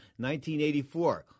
1984